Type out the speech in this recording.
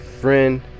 friend